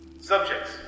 Subjects